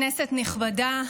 כנסת נכבדה,